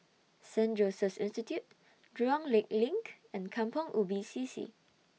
Saint Joseph's Institution Jurong Lake LINK and Kampong Ubi C C